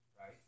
Right